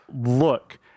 look